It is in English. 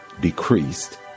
decreased